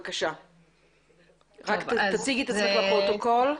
רק תציגי את עצמך לפרוטוקול.